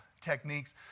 techniques